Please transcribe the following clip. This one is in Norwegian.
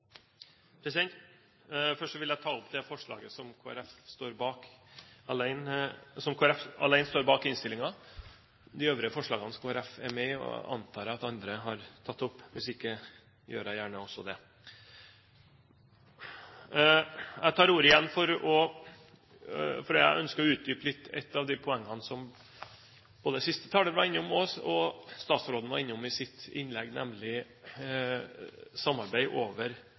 Først vil jeg ta opp det forslaget som Kristelig Folkeparti står alene om i innstillingen. De øvrige forslagene som Kristelig Folkeparti er med på, antar jeg at andre har tatt opp – hvis ikke gjør jeg gjerne også det. Jeg tar ordet igjen fordi jeg ønsker å utdype litt ett av de poengene som både siste taler var innom, og som statsråden var innom i sitt innlegg, nemlig samarbeid over